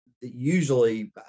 usually